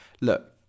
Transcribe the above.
look